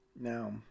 now